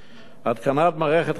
בהתקנת מערכת חדשה